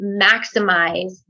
maximize